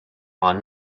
are